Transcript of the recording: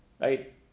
Right